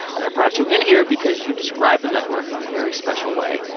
and i brought you in here because you describe the network in a very special way.